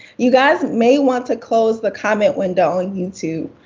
you guys may want to close the comment window on youtube.